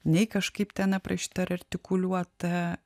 nei kažkaip ten aprašyta ar artikuliuota